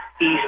east